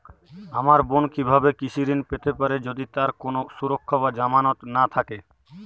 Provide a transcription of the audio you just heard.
আমার বোন কীভাবে কৃষি ঋণ পেতে পারে যদি তার কোনো সুরক্ষা বা জামানত না থাকে?